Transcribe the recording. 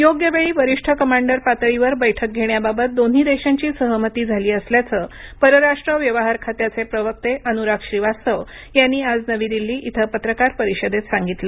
योग्य वेळी वरिष्ठ कमांडर पातळीवर बैठक घेण्याबाबत दोन्ही देशांची सहमती झाली असल्याचं परराष्ट्र व्यवहार खात्याचे प्रवक्ते अनुराग श्रीवास्तव यांनी आज नवी दिल्ली इथं पत्रकार परिषदेत सांगितलं